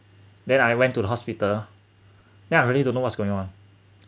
then I went to the hospital then I really don't know what's going on